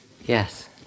Yes